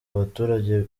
abaturage